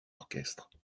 orchestres